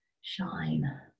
shine